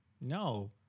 no